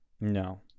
No